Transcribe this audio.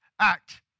act